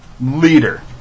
leader